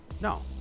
no